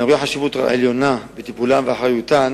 אני רואה חשיבות עליונה בטיפולן ובאחריותן